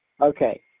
okay